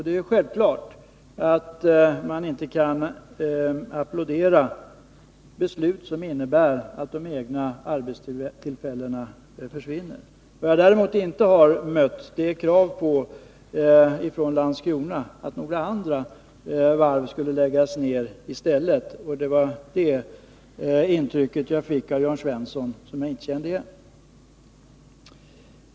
Det är självklart att man inte kan applådera beslut som innebär att de egna arbetstillfällena försvinner. Vad jag däremot inte har mött är krav från Landskrona på att några andra varv skulle läggas ner i stället. Av Jörn Svenssons inlägg fick jag intrycket att något sådant hade förekommit, och det var det som jag inte kände igen.